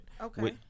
Okay